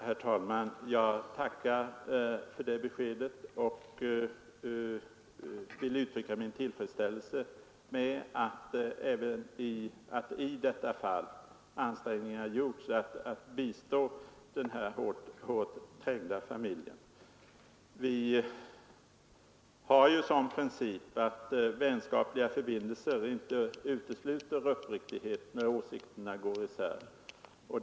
Herr talman! Jag tackar för det beskedet och vill uttrycka min tillfredsställelse med att i detta fall ansträngningar gjorts att bistå den här hårt trängda familjen. Vi har ju som princip att vänskapliga förbindelser inte utesluter uppriktighet när åsikterna går isär.